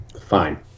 Fine